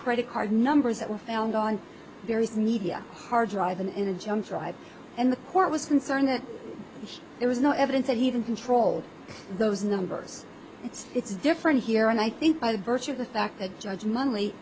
credit card numbers that were found on various media harddrive and in a jump drive and the court was concerned that there was no evidence that he even control those numbers it's it's different here and i think by the virtue of the fact that judge munley only